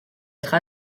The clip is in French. être